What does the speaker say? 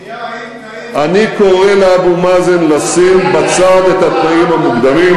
אני קורא לאבו מאזן לשים בצד את התנאים המוקדמים,